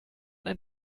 ein